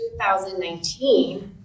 2019